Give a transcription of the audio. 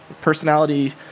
personality